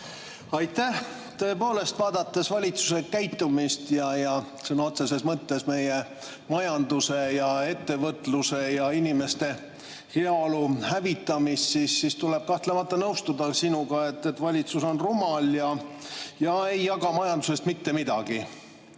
Aitäh! Tõepoolest, vaadates valitsuse käitumist ja sõna otseses mõttes meie majanduse, ettevõtluse ja inimeste heaolu hävitamist, siis tuleb kahtlemata sinuga nõustuda, et valitsus on rumal ja ei jaga majandusest mitte midagi.